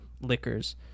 liquors